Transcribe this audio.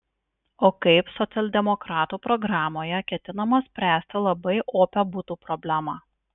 o kaip socialdemokratų programoje ketinama spręsti labai opią butų problemą